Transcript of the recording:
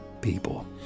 people